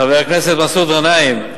חבר הכנסת מסעוד גנאים.